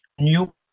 new